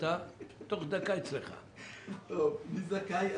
--- מי זכאי?